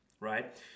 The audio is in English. right